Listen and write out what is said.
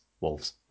Wolves